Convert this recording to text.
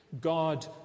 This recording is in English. God